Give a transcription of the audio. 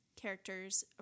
characters